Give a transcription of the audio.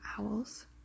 owls